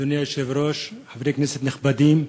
אדוני היושב-ראש, חברי כנסת נכבדים,